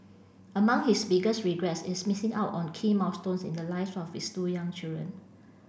among his biggest regrets is missing out on key milestones in the lives of his two young children